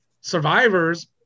Survivors